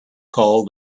called